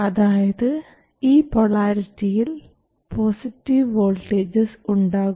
അതായത് ഈ പൊളാരിറ്റിയിൽ പോസിറ്റീവ് വോൾട്ടേജസ് ഉണ്ടാകും